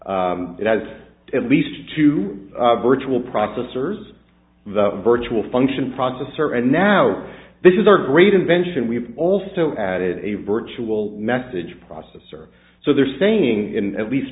has at least two virtual processors the virtual function processor and now this is our great invention we've also added a virtual message processor so they're saying in at least